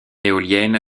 éolienne